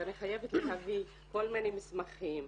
שאני חייבת להביא כל מיני מסמכים,